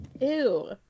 Ew